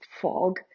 fog